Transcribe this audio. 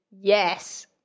Yes